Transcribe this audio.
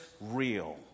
real